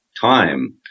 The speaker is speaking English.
time